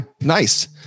nice